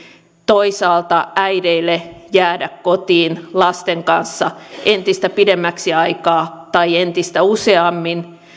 toisaalta äideille jäädä kotiin lasten kanssa entistä pidemmäksi aikaa tai entistä useammin